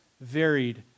varied